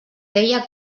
deia